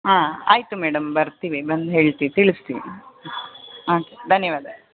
ಹಾಂ ಆಯಿತು ಮೇಡಮ್ ಬರ್ತೀವಿ ಬಂದು ಹೇಳ್ತೀವಿ ತಿಳಿಸ್ತೀವಿ ಓಕೆ ಧನ್ಯವಾದ